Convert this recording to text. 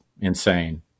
insane